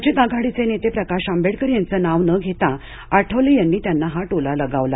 वंचित आघाडीचे नेते प्रकाश आंबेडकर यांचं नाव न घेता आठवले यांनी त्यांना हा टोला लगावला